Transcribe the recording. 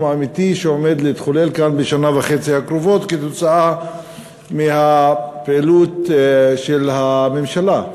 האמיתי שעומד להתחולל כאן בשנה וחצי הקרובות בגלל הפעילות של הממשלה,